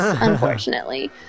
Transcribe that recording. unfortunately